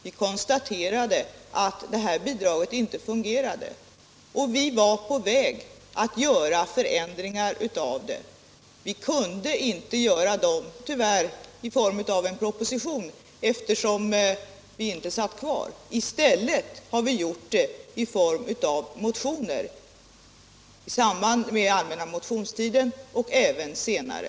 Vi konstaterade att detta bidrag inte fungerade och att vi var på väg att göra förändringar. Tyvärr kunde vi inte genomföra några förändringar i form av en proposition, eftersom vi inte satt kvar i regeringsställning. I stället har vi nu gjort det i motioner i samband med allmänna motionstiden och även senare.